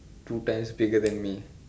two times bigger than me